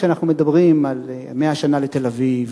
כשאנחנו מדברים על 100 שנה לתל-אביב,